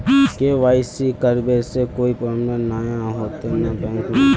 KYC करबे से कोई प्रॉब्लम नय होते न बैंक में?